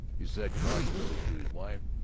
he said cautiously to his wife,